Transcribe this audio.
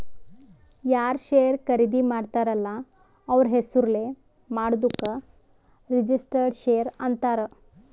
ಯಾರ್ ಶೇರ್ ಖರ್ದಿ ಮಾಡ್ತಾರ ಅಲ್ಲ ಅವ್ರ ಹೆಸುರ್ಲೇ ಮಾಡಾದುಕ್ ರಿಜಿಸ್ಟರ್ಡ್ ಶೇರ್ ಅಂತಾರ್